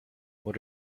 what